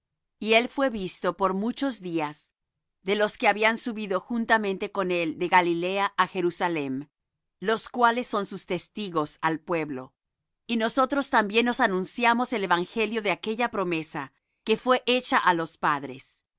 y él fué visto por muchos días de los que habían subido juntamente con él de galilea á jerusalem los cuales son sus testigos al pueblo y nosotros también os anunciamos el evangelio de aquella promesa que fué hecha á los padres